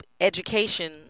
education